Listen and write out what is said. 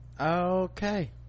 Okay